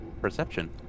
Perception